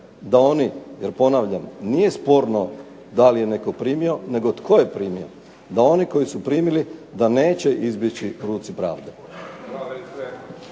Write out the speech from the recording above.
da oni, jer ponavljam nije sporno da li je netko primio, nego tko je primio, da oni koji su primili da neće izbjeći ruci pravde.